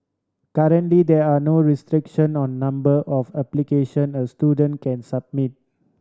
currently there are no restriction on number of application a student can submit